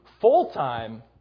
full-time